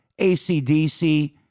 ACDC